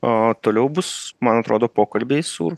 o toliau bus man atrodo pokalbiai su